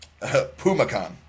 Pumacon